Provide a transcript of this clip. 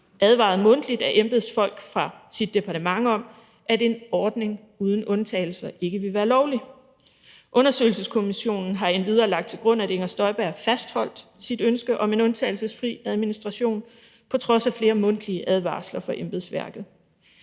advaret mundtligt af embedsfolk fra sit departement om, at en ordning uden undtagelser ikke ville være lovlig. Undersøgelseskommissionen har endvidere lagt til grund, at Inger Støjberg fastholdt sit ønske om en undtagelsesfri administration på trods af flere mundtlige advarsler fra embedsværket.